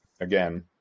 again